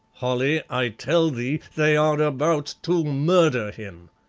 holly, i tell thee they are about to murder him!